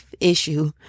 issue